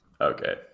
Okay